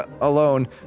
alone